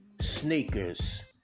sneakers